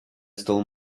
stole